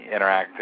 interactive